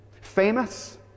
Famous